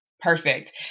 Perfect